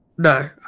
No